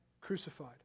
crucified